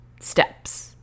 steps